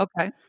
Okay